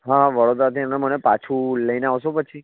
હા વડોદરાથી અને મને પાછું લઈને આવશો પછી